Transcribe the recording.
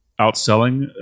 outselling